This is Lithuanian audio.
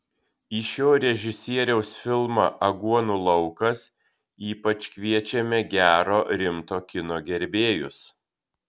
į šio režisieriaus filmą aguonų laukas ypač kviečiame gero rimto kino gerbėjus